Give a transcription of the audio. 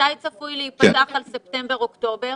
מתי צפוי להיפתח על ספטמבר ואוקטובר?